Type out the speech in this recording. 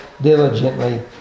diligently